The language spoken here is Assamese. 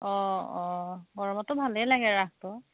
অ অ গড়মূৰতো ভালেই লাগে ৰাসটো